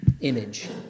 image